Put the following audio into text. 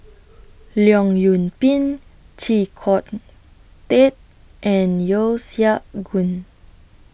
Leong Yoon Pin Chee Kong Tet and Yeo Siak Goon